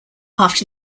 after